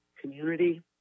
community